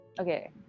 okay